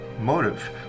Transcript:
motive